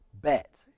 bet